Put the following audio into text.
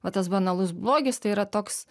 va tas banalus blogis tai yra toks